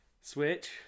Switch